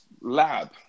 lab